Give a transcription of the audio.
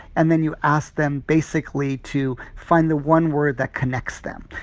and then you ask them, basically, to find the one word that connects them.